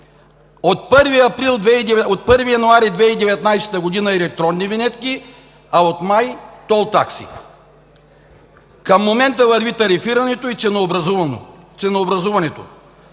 от 1 януари 2019 г. електронни винетки, а от май тол такси. Към момента върви тарифирането и ценообразуването.